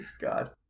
God